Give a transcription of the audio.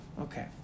Okay